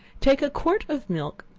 take a quart of milk,